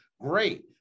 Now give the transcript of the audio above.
Great